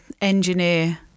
engineer